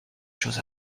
chose